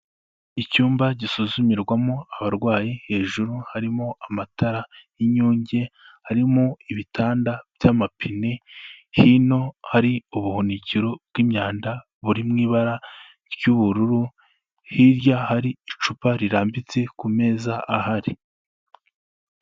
Icyumba gisuzumirwamo abarwayi hejuru harimo amatara y'inyunge, harimo ibitanda by'amapine, hino hari ubuhunikiro bw'imyanda buri mu ibara ry'ubururu, hirya hari icupa rirambitse ku meza ahari.